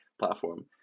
platform